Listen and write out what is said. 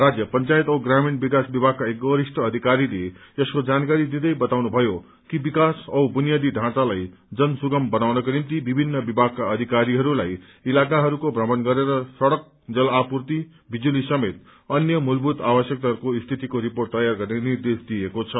राज्य पंचायत औ ग्रामीण विकास विभागका एक वरिष्ठ अधिकारीले यसको जानकारी दिँदै बताउनुमयो कि विकास औ बुनियादी ढाँचालाई जनसुगम बनाउनको निम्ति विभित्र विभागका अधिकारीहरूलाई इलाफाहरूको प्रमण गरेर सङ्गक जलापूर्ति बिजुजी समेत अन्य मूलभूत आवश्यकताहरूको स्थितिको रिपोर्ट तयार गर्ने निर्देश दिइएको छ